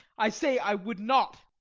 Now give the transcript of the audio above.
i say i would not.